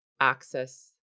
access